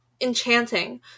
enchanting